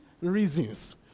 reasons